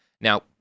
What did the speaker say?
Now